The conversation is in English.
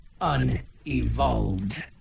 unevolved